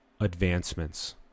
advancements